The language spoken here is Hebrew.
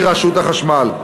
היא רשות החשמל.